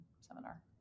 Seminar